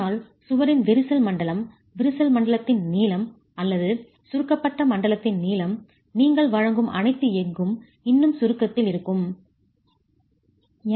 ஆனால் சுவரின் விரிசல் மண்டலம் விரிசல் மண்டலத்தின் நீளம் அல்லது சுருக்கப்பட்ட மண்டலத்தின் நீளம் நீங்கள் வழங்கும் அனைத்து எஃகும் இன்னும் சுருக்கத்தில் காம்ப்ரசிவ் ஸ்ட்ரெஸ் இருக்கும்